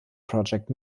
projekt